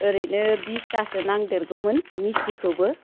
ओरैनो बिसथासो नांदेरगौमोन मिस्टीखौबो